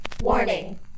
Warning